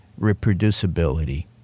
reproducibility